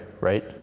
right